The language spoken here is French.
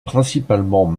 principalement